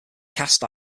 cast